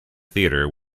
theater